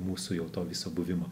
mūsų jau to viso buvimo